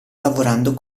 lavorando